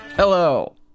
Hello